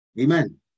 Amen